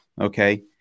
okay